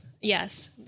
Yes